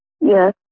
Yes